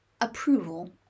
approval